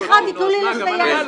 סליחה, תנו לי לסיים.